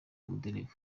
umudereva